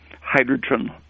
hydrogen